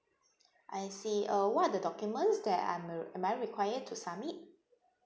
I see uh what are the documents that I'm uh am I required to submit